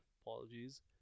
Apologies